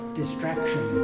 distraction